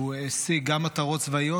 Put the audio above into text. שהוא השיג גם מטרות צבאיות,